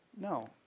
No